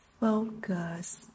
Focus